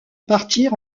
partir